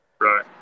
right